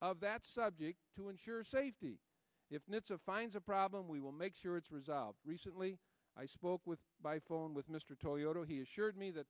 of that subject to ensure safety if it's a finds a problem we will make sure it's resolved recently i spoke with by phone with mr toyota he assured me that